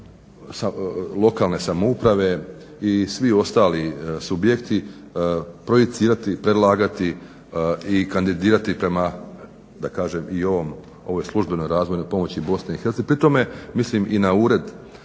lokalne samouprave i svi ostali subjekti proicirati, predlagati i kandidirati prema, da kažem i ovoj službenoj razvojnoj pomoći Bosne i Hercegovine. Pri tome mislim i na Ured